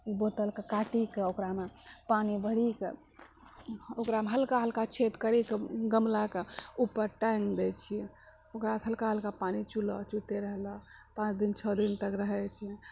बोतलके काटिकऽ ओकरामे पानि भरिकऽ ओकरामे हल्का हल्का छेद करिकऽ गमलाके ऊपर टाँगि दै छियै ओकरासँ हल्का हल्का पानि चूल चुइते रहल पाँच दिन छओ दिन तक रहै छै